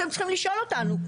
אתם צריכים לשאול אותנו.